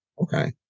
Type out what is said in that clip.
okay